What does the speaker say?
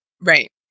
right